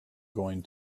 going